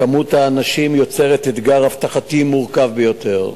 כמות האנשים יוצרת אתגר אבטחתי מורכב ביותר.